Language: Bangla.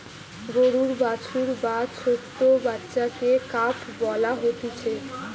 গরুর বাছুর বা ছোট্ট বাচ্চাকে কাফ বলা হতিছে